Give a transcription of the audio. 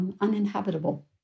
uninhabitable